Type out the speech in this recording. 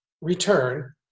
return